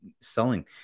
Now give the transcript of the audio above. selling